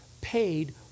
paid